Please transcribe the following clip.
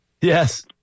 Yes